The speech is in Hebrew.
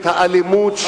אלימות,